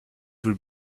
would